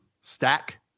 stack